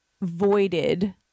voided